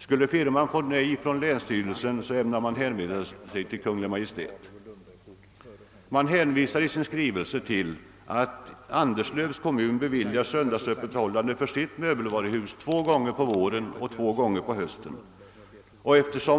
Skulle firman få nej från länsstyrelsen, ämnar man hänvända sig till Kungl. Maj:t. I skrivelsen hänvisar man till att Anderslövs kommun beviljar söndagsöppethållande för sitt möbelvaruhus två gånger på våren och två gånger på hösten.